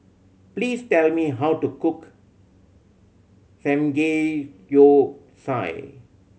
please tell me how to cook Samgeyopsal